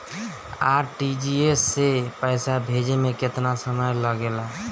RTGS से पैसा भेजे में केतना समय लगे ला?